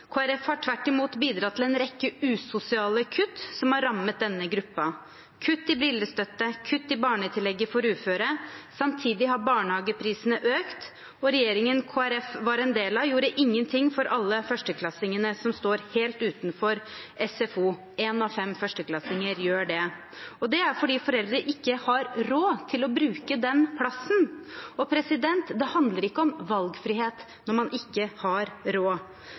Folkeparti har tvert imot bidratt til en rekke usosiale kutt som har rammet denne gruppen, som kutt i brillestøtte og kutt i barnetillegget for uføre. Samtidig har barnehageprisene økt, og regjeringen Kristelig Folkeparti var en del av, gjorde ingenting for alle førsteklassingene som står helt utenfor SFO – én av fem førsteklassinger gjør det, og det er fordi foreldre ikke har råd til å bruke den plassen. Det handler ikke om valgfrihet når man ikke har råd.